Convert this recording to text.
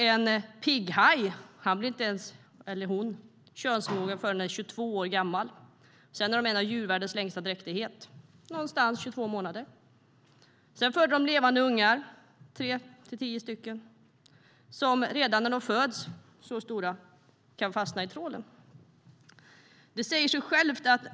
En pigghaj blir inte könsmogen förrän hon är 22 år gammal, och den har en av djurvärldens längsta dräktigheter på ungefär 22 månader. Den föder 3-10 levande ungar, som redan när de föds kan fastna i trålen.